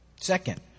Second